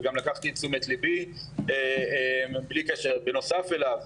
וגם לקחתי לתשומת ליבי בנוסף אליו,